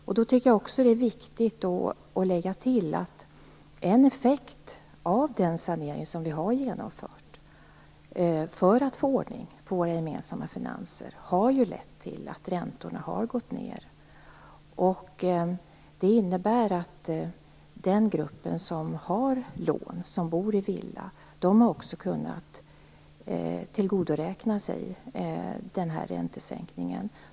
Jag tycker att det är viktigt att lägga till att en effekt av den sanering som regeringen genomfört för att få ordning på våra gemensamma finanser är att räntorna har gått ned. Detta innebär att den grupp som har lån och som bor i villa har kunnat tillgodoräkna sig räntesänkningen.